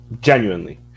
genuinely